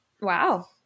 wow